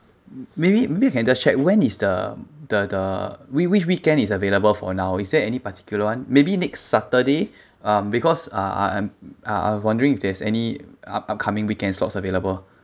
maybe maybe you can just check when is the the the we~ which weekend is available for now is there any particular one maybe next saturday um because uh I am I'm wondering if there's any upcoming weekend slots available